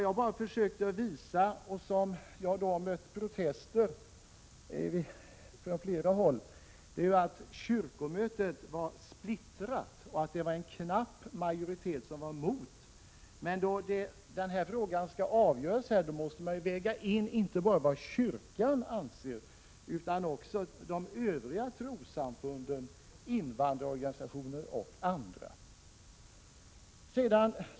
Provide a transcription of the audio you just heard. Jag har försökt påvisa — och det har mött protester från flera håll — att kyrkomötet var splittrat och att en knapp majoritet var mot det framlagda förslaget. När den här frågan skall avgöras måste man väga in inte bara vad kyrkan anser utan också vad övriga trossamfund, invandrarorganisationer och andra tycker.